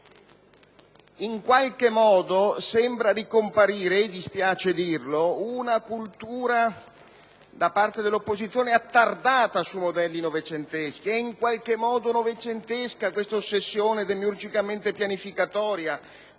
In qualche modo sembra ricomparire - e mi dispiace dirlo - nell'opposizione una cultura attardata su modelli novecenteschi. È in qualche modo novecentesca questa ossessione demiurgicamente pianificatoria,